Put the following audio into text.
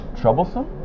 troublesome